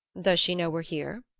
does she know we're here?